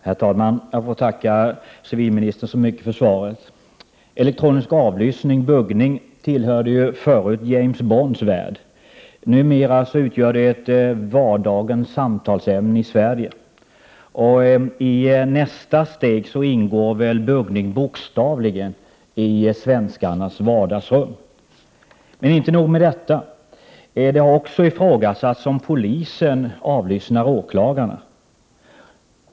Herr talman! Jag får tacka civilministern så mycket för svaret. Elektronisk avlyssning, buggning, tillhörde förut James Bonds värld. Numera utgör den ett vardagens samtalsämne i Sverige. I nästa steg ingår väl buggning bokstavligen i svenskarnas vardagsrum. Men det är inte nog med detta. Det har också ifrågasatts huruvida polisen avlyssnar åklagarna.